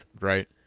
Right